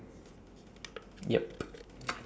yup